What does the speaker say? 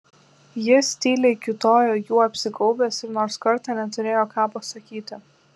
jis tyliai kiūtojo juo apsigaubęs ir nors kartą neturėjo ką pasakyti